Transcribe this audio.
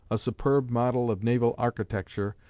a superb model of naval architecture,